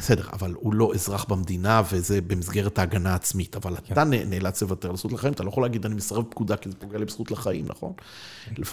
בסדר, אבל הוא לא אזרח במדינה, וזה במסגרת ההגנה העצמית, אבל אתה נ.. נאלץ לבטר על זכות לחיים, אתה לא יכול להגיד, אני מסרב בפקודה כי זה פוגע לי בזכות לחיים, נכון?